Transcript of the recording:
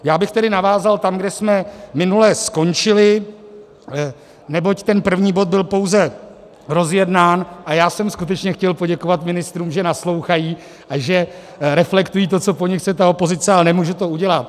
Já bych tedy navázal tam, kde jsme minule skončili, neboť ten první bod byl pouze rozjednán, a já jsem skutečně chtěl poděkovat ministrům, že naslouchají a že reflektují to, co po nich chce ta opozice, a nemůže to udělat.